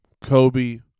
Kobe